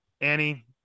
Annie